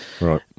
Right